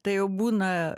tai jau būna